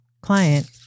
client